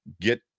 get